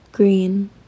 Green